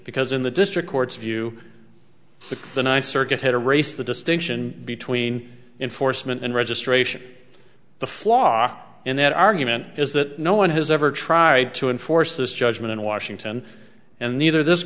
because in the district court's view the ninth circuit had a race the distinction between enforcement and registration the flaw in that argument is that no one has ever tried to enforce this judgment in washington and neither this